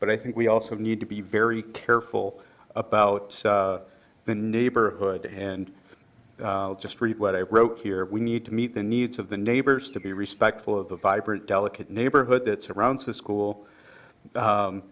but i think we also need to be very careful about the neighborhood and just read what i wrote here we need to meet the needs of the neighbors to be respectful of the vibrant delicate neighborhood that surrounds the school